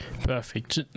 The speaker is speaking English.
perfect